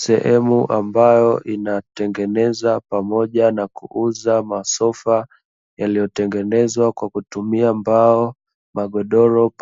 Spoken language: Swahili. Sehemu ambayo inatengeza pamoja na kuuza masofa yaliyotengezwa kwa mbao ,magodoro